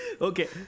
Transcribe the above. Okay